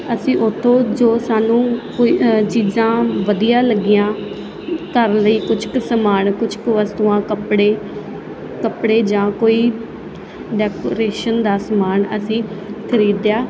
ਅਸੀਂ ਉਥੋਂ ਜੋ ਸਾਨੂੰ ਕੋਈ ਚੀਜ਼ਾਂ ਵਧੀਆ ਲੱਗੀਆਂ ਘਰ ਲਈ ਕੁਝ ਕੁ ਸਮਾਨ ਕੁਝ ਕ ਵਸਤੂਆਂ ਕੱਪੜੇ ਕੱਪੜੇ ਜਾਂ ਕੋਈ ਡੈਕੋਰੇਸ਼ਨ ਦਾ ਸਮਾਨ ਅਸੀਂ ਖਰੀਦਿਆਂ